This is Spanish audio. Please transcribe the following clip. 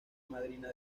madrina